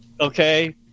Okay